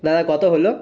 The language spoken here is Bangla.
দাদা কত হল